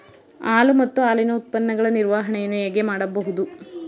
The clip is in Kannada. ಹಾಲು ಮತ್ತು ಹಾಲಿನ ಉತ್ಪನ್ನಗಳ ನಿರ್ವಹಣೆಯನ್ನು ಹೇಗೆ ಮಾಡಬಹುದು?